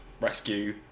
rescue